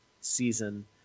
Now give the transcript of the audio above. season